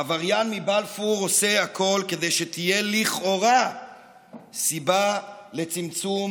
העבריין מבלפור עושה הכול כדי שתהיה לכאורה סיבה לצמצום